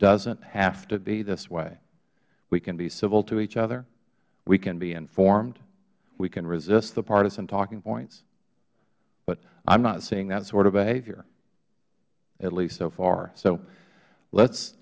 doesn't have to be this way we can be civil to each other we can be informed we can resist the partisan talking points but i am not seeing that sort of behavior at least so far so let's